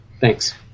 Thanks